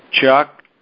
Chuck